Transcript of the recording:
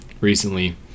recently